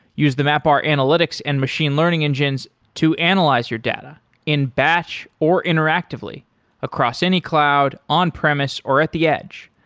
use the mapr analytics and machine learning engines to analyze your data in batch or interactively across any cloud, on-premise or at the edge.